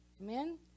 Amen